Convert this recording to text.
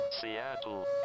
Seattle